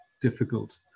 difficult